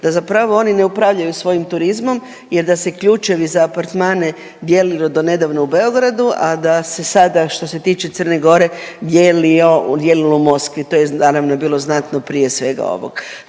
da zapravo oni ne upravljaju svojim turizmom jer da se ključevi za apartmane dijelilo do nedavno u Beogradu, a da se sada što se tiče Crne Gore dijelilo u Moskvi. To je naravno bilo znatno prije svega ovog,